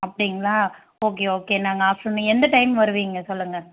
அப்படிங்களா okay okay நாங்கள் afternoon நீங்கள் எந்த டைம் வருவீங்க சொல்லுங்கள்